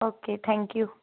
okay thank you